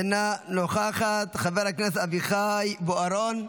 אינה נוכחת, חבר הכנסת אביחי בוארון,